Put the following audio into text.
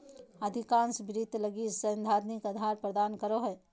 अधिकांश वित्त लगी सैद्धांतिक आधार प्रदान करो हइ